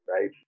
right